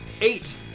eight